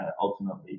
ultimately